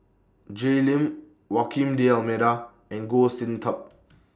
Jay Lim walking D'almeida and Goh Sin Tub